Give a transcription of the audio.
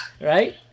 Right